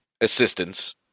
assistance